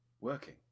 working